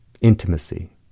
intimacy